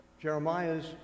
Jeremiah's